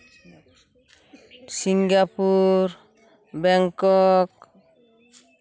Singapore Bangkok